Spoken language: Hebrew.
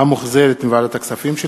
שהחזירה ועדת הכספים.